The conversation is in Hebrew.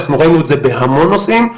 אנחנו רואים את זה בהמון נושאים,